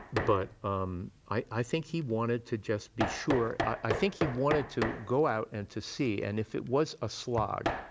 but um i think he wanted to just be sure. i think he wanted to go out and to see, and if it was a slog,